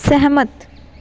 ਸਹਿਮਤ